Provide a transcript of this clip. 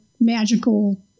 magical